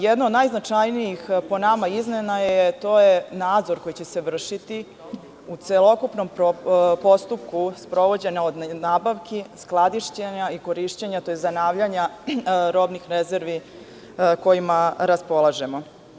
Jedna od najznačajnijih izmena, po nama, je nadzor koji će se vršiti u celokupnom postupku sprovođenja - od nabavki, skladištenja, korišćenja, tj, zanavljanja robnih rezervi kojima raspolažemo.